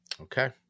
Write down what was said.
Okay